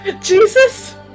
Jesus